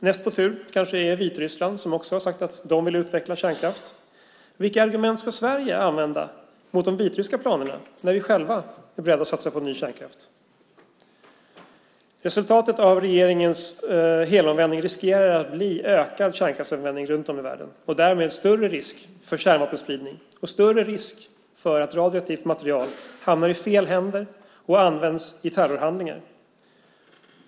Näst på tur kanske är Vitryssland som också har sagt att de vill utveckla kärnkraft. Vilka argument ska Sverige använda mot de vitryska planerna när vi själva är beredda att satsa på ny kärnkraft? Resultatet av regeringens helomvändning riskerar att bli ökad kärnkraftsanvändning runt om i världen och därmed större risk för kärnvapenspridning och större risk för att radioaktivt material hamnar i fel händer och används i terrorhandlingar.